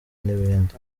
n’ibindi